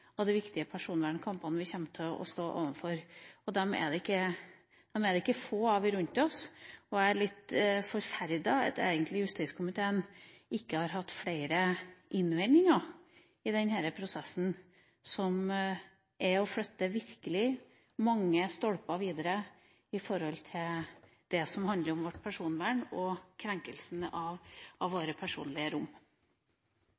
av de viktige personvernkampene vi kommer til å stå overfor. De er det ikke få av rundt oss. Jeg er litt forferdet, egentlig, over at justiskomiteen ikke har hatt flere innvendinger i denne prosessen, som flytter virkelig mange stolper videre med tanke på det som handler om vårt personvern og krenkelsen av våre personlige rom. Jeg ble stimulert av